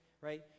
Right